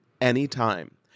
anytime